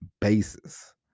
basis